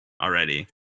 already